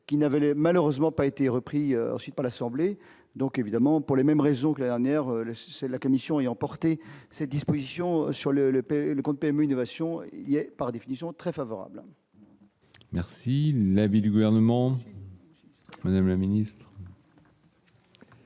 qui n'avait malheureusement pas été repris ensuite par l'Assemblée, donc, évidemment, pour les mêmes raisons que Lerner c'est la commission et emporté ces dispositions sur le le père le compte PMU innovation il y a, par définition très favorable. Merci la vie du gouvernement, Madame la Ministre.